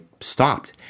stopped